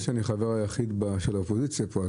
נראה לי שאני החבר היחיד של האופוזיציה פה,